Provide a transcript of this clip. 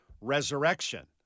resurrection